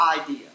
idea